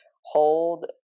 hold